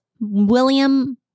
William